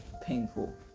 painful